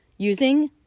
using